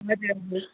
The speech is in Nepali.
हजुर हजुर